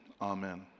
amen